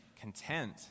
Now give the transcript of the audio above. content